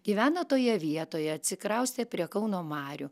gyvena toje vietoje atsikraustė prie kauno marių